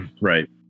right